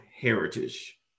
heritage